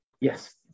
Yes